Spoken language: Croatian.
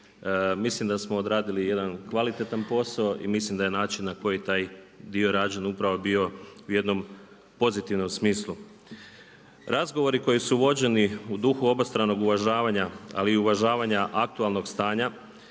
Mislim da smo odradili jedan kvalitetan posao i mislim da je način na koji je taj dio rađen upravo bio u jednom pozitivnom smislu. Razgovori koji su vođeni u duhu obostranog uvažavanja ali i uvažavanja aktualnog stanja